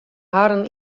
harren